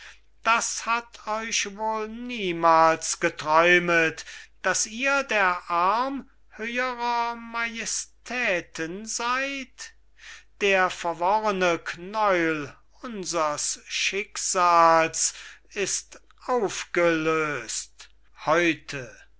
das hat euch wohl niemals geträumet daß ihr der arm höherer majestäten seyd der verworrene knäuel unsers schicksals ist aufgelöst heute